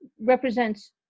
represents